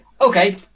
Okay